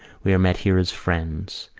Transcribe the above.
we are met here as friends,